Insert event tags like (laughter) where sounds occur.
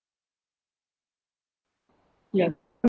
ya (noise)